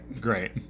great